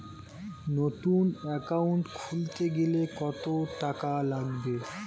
নতুন একাউন্ট খুলতে গেলে কত টাকা লাগবে?